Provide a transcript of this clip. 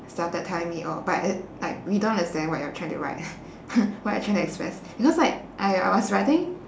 started telling me oh but uh like we don't understand what you're trying to write what you're trying to express you know it's like I I was writing